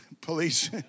police